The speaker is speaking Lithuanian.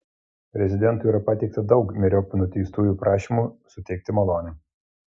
prezidentui yra pateikta daug myriop nuteistųjų prašymų suteikti malonę